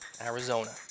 Arizona